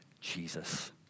Jesus